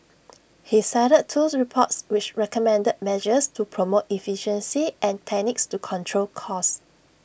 he cited twos reports which recommended measures to promote efficiency and techniques to control costs